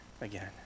again